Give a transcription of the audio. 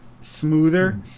smoother